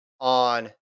on